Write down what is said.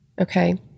Okay